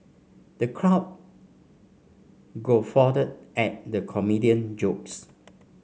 the crowd guffawed at the comedian jokes